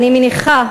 אני מניחה,